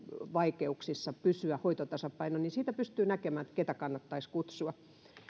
vaikeuksia hoitotasapainon pysymisessä ja siitä pystyy näkemään keitä kannattaisi kutsua